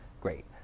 great